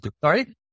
Sorry